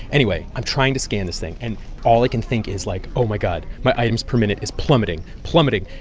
anyway, i'm trying to scan this thing, and all i can think is like, oh, my god, my items per minute is plummeting plummeting.